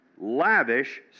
lavish